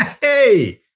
Hey